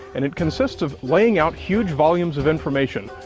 and it consists of laying out huge volumes of information,